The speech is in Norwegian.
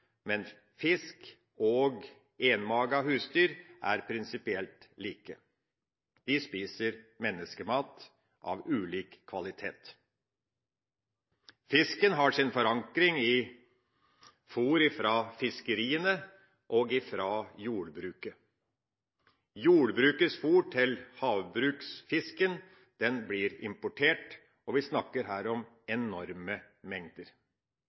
men fisk og enmagede husdyr er prinsipielt like. De spiser menneskemat av ulik kvalitet. Fisken har sin forankring i fôr fra fiskeriene og fra jordbruket. Jordbrukets fôr til havbruksfisken blir importert. Vi snakker her om enorme mengder